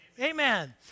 Amen